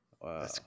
Wow